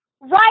right